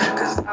Cause